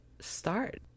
start